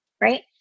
right